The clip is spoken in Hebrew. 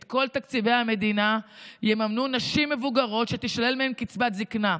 את כל תקציבי המדינה יממנו נשים מבוגרות שתישלל מהן קצבת זקנה,